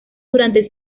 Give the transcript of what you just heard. durante